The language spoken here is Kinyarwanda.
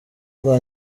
rwa